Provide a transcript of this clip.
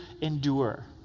endure